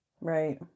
Right